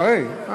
אחרי, אחרי.